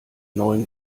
neuen